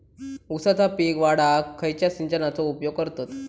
ऊसाचा पीक वाढाक खयच्या सिंचनाचो उपयोग करतत?